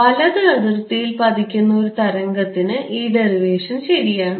വലത് അതിർത്തിയിൽ പതിക്കുന്ന ഒരു തരംഗത്തിന് ഈ ഡെറിവേഷൻ ശരിയാണ്